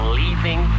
leaving